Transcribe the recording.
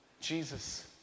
Jesus